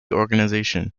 organization